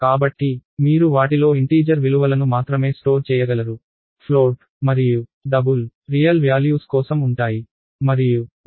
కాబట్టి మీరు వాటిలో ఇంటీజర్ విలువలను మాత్రమే స్టోర్ చేయగలరు ఫ్లోట్ మరియు డబుల్ రియల్ వ్యాల్యూస్ కోసం ఉంటాయి మరియు మీరు 5